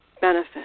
benefit